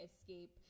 escape